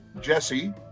Jesse